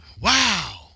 Wow